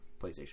PlayStation